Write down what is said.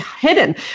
hidden